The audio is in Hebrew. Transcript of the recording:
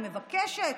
אני מבקשת